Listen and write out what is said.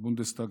הבונדסטאג,